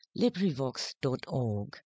LibriVox.org